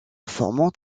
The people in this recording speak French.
formant